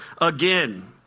Again